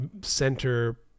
center